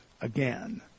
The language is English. again